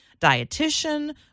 dietitian